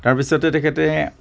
তাৰপিছতে তেখেতে